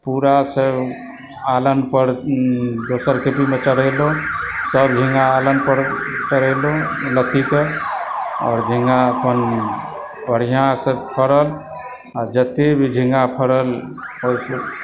ओकर बाद पूरा आलन पर दोसर खेतीमे चढ़ेलहुँ सभ झिँगा आलन पर चढ़ेलहुँ लत्तीके आओर झिँगा अपन बढ़िआँसँ फड़ल आ जतए भी झिँगा फड़ल ओहिसँ